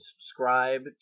subscribe